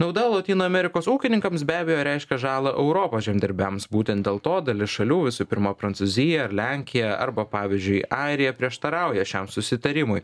nauda lotynų amerikos ūkininkams be abejo reiškia žalą europos žemdirbiams būtent dėl to dalis šalių visų pirma prancūzija ar lenkija arba pavyzdžiui airija prieštarauja šiam susitarimui